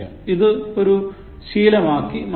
ഇത് ഒരു ശീലമാക്കി മാറ്റുക